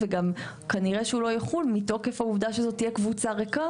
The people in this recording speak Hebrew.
וגם כנראה שהוא לא יחול מתוקף העובדה שזו תהיה קבוצה ריקה,